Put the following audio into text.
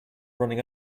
running